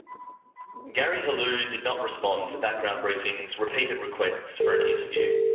gary helou did not respond to background briefing's repeated requests for an interview.